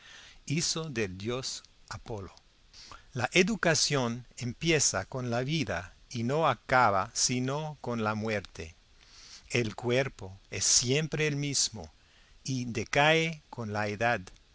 hizo del dios apolo la educación empieza con la vida y no acaba sino con la muerte el cuerpo es siempre el mismo y decae con la edad